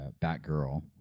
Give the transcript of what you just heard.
Batgirl